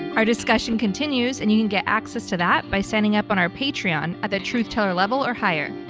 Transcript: our discussion continues, and you can get access to that by standing up on our patreon at the truth teller level or higher.